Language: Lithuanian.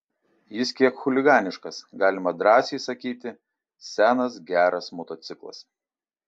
jis kiek chuliganiškas galima drąsiai sakyti senas geras motociklas